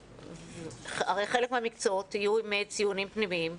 הרי חלק מהמקצועות יהיו עם ציונים פנימיים,